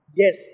yes